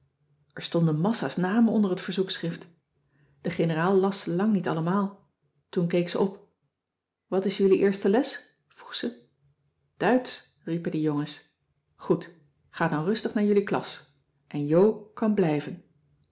er stonden massa's namen onder het verzoekschrift de generaal las ze lang niet allemaal toen keek ze op wat is jullie eerste les vroeg ze duitsch riepen de jongens goed ga dan rustig naar jullie klas en jo kan blijven